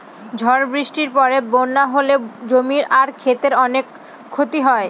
ঝড় বৃষ্টির পরে বন্যা হলে জমি আর ক্ষেতের অনেক ক্ষতি হয়